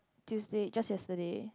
Tuesday just yesterday